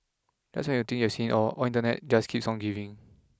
just when you think you've seen it all Internet just keeps on giving